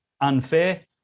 unfair